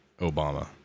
Obama